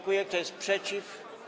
Kto jest przeciw?